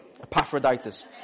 Epaphroditus